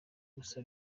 gusa